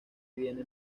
viena